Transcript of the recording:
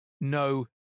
no